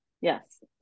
yes